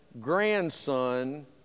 grandson